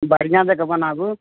बढ़िआ जकाँ बनाबू